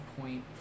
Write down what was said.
point